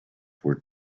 were